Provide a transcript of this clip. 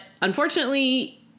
unfortunately